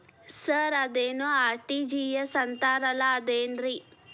Sir ಅದೇನು RTGS ಅಂತಾರಲಾ ಅದು ಏನ್ರಿ?